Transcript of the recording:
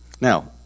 Now